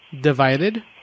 Divided